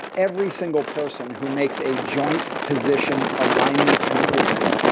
every single person who makes a joint position alignment improvement,